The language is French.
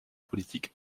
politique